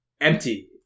empty